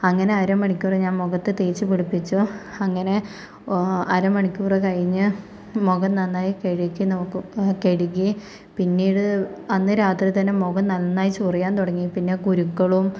അങ്ങനെ അര മണിക്കൂറ് ഞാൻ മുഖത്തു തേച്ച് പിടിപ്പിച്ചു അങ്ങനെ അര മണിക്കൂറ് കഴിഞ്ഞു മുഖം നന്നായി കഴുകി നോക്കു കഴുകി പിന്നീട് അന്ന് രാത്രി തന്നെ മുഖം നന്നായി ചൊറിയാൻ തുടങ്ങി പിന്നെ കുരുക്കളും